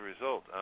result